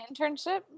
internship